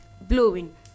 blowing